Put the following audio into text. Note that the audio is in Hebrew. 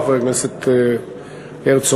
חבר הכנסת הרצוג.